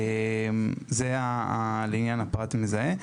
זה לעניין הפרט המזהה.